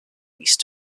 east